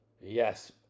Yes